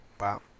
wow